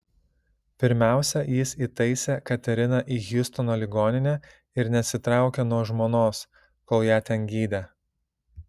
pirmiausia jis įtaisė kateriną į hjustono ligoninę ir nesitraukė nuo žmonos kol ją ten gydė